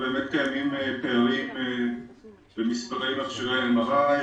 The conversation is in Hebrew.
באמת קיימים פערים במספרי מכשירי ה-MRI,